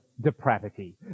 depravity